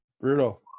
Brutal